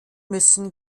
müssen